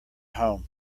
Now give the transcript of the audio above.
home